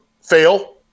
fail